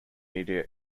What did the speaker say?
media